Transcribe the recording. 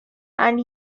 and